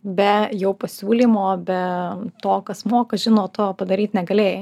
be jau pasiūlymo be to kas moka žino to padaryt negalėjai